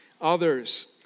Others